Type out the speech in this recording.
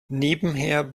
nebenher